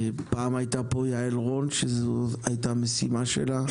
פעם הייתה פה יעל רון, שזו הייתה משימה שלה,